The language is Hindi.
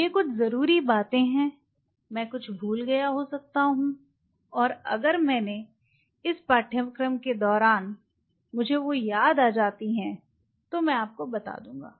तो ये कुछ ज़रूरी बातें हैं मैं कुछ भूल गया हो सकता हूँ और अगर मैंने इस पाठ्यक्रम के दौरान देखें समय 1156 मुझे वे याद आ जाती हैं तो मैं आपको बता दूंगा